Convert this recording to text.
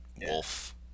wolf